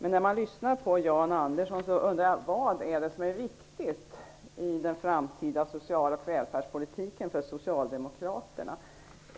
När jag lyssnar på Jan Andersson börjar jag emellertid undra vad som är viktigt i framtida social och välfärdspolitik för Socialdemokraterna.